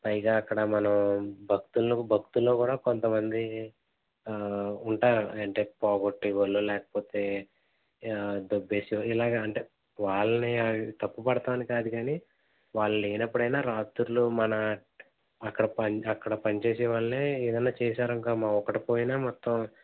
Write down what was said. పైగా అక్కడ మనం భక్తులు భక్తుల్లో కూడా కొంత మంది ఉంటారు అంటే పోగొట్టే వాళ్ళు లేకపోతే దొబ్బేసేవాళ్ళు ఇలాగా అంటే వాళ్ళని తప్పుబట్టడం అని కాదు కానీ వాళ్ళు లేనప్పుడైనా రాత్రుళ్ళు మన అక్కడ అక్కడ పని చేసేవాళ్ళనే ఏదైనా చేసారు అనుకో అమ్మా ఒకటి పోయినా మొత్తం